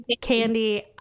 candy